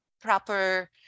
proper